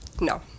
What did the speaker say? No